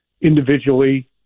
individually